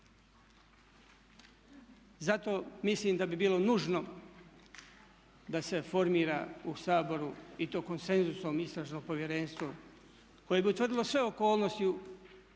Zato mislim da bi bilo nužno da se formira u Saboru i to konsenzusom istražno povjerenstvo koje bi utvrdilo sve okolnosti u